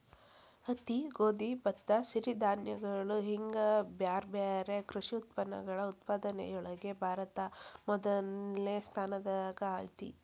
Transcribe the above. ಹತ್ತಿ, ಗೋಧಿ, ಭತ್ತ, ಸಿರಿಧಾನ್ಯಗಳು ಹಿಂಗ್ ಬ್ಯಾರ್ಬ್ಯಾರೇ ಕೃಷಿ ಉತ್ಪನ್ನಗಳ ಉತ್ಪಾದನೆಯೊಳಗ ಭಾರತ ಮೊದಲ್ನೇ ಸ್ಥಾನದಾಗ ಐತಿ